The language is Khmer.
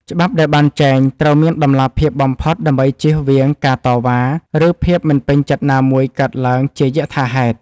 ច្បាប់ដែលបានចែងត្រូវមានតម្លាភាពបំផុតដើម្បីជៀសវាងការតវ៉ា ឬ ភាពមិនពេញចិត្តណាមួយកើតឡើងជាយថាហេតុ។